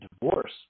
divorce